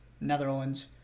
Netherlands